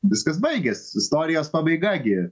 viskas baigės istorijos pabaiga gi